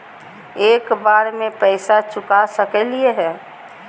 एक बार में पैसा चुका सकालिए है?